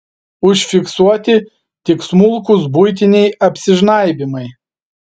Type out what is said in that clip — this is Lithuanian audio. užfiksuoti tik smulkūs buitiniai apsižnaibymai